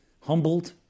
humbled